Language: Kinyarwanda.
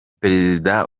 perezida